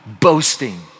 boasting